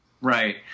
right